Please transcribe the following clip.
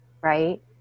right